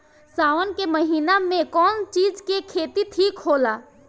सावन के महिना मे कौन चिज के खेती ठिक होला?